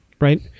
right